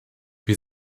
wir